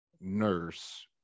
nurse